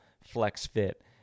flex-fit